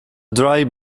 dry